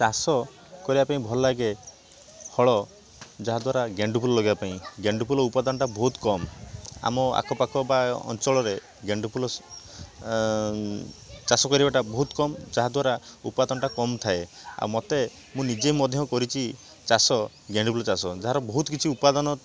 ଚାଷ କରିବା ପାଇଁ ଭଲ ଲାଗେ ହଳ ଯାହା ଦ୍ୱାରା ଗେଣ୍ଡୁ ଫୁଲ ଲଗାଇବା ପାଇଁ ଗେଣ୍ଡୁ ଫୁଲ ଉପାଦାନଟା ବହୁତ କମ୍ ଆମ ଆଖ ପାଖ ବା ଅଞ୍ଚଳରେ ଗେଣ୍ଡୁ ଫୁଲ ସ ଚାଷ କରିବାଟା ବହୁତ କମ୍ ଯାହା ଦ୍ୱାରା ଉପାଦାନଟା କମ୍ ଥାଏ ଆଉ ମତେ ମୁଁ ନିଜେ ମଧ୍ୟ କରିଛି ଚାଷ ଗେଣ୍ଡୁ ଫୁଲ ଚାଷ ଯାହାର ବହୁତ କିଛି ଉପାଦାନ